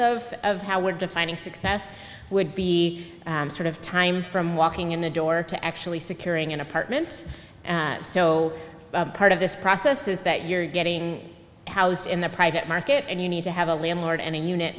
of of how we're defining success would be sort of time from walking in the door to actually securing an apartment so part of this process is that you're getting housed in the private market and you need to have a landlord and a unit